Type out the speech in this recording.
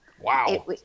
Wow